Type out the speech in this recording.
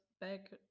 back